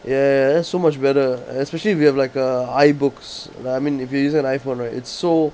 ya ya that's so much better especially if you have like uh ibooks like I mean if you use an iphone right it's so